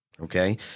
okay